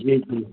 जी जी